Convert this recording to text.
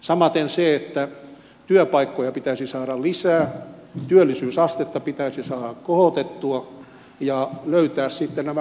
samaten työpaikkoja pitäisi saada lisää työllisyysastetta pitäisi saada kohotettua ja pitäisi löytää sitten nämä kohtaantumiset